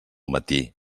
matí